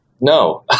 No